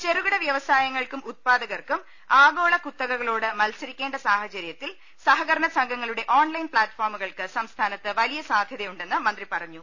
ചെറുകിട വൃവസായങ്ങൾക്കും ഉദ്പാദകർക്കും ആഗോള കുത്തകകളോട് മത്സരിക്കേണ്ട സാഹചര്യത്തിൽ സഹകരണ സംഘങ്ങളുടെ ഓൺലൈൻ പ്ലാറ്റ്ഫോമുകൾക്ക് സംസ്ഥാനത്ത് വലിയ സാധ്യതയുണ്ടെന്ന് മന്ത്രി പറഞ്ഞു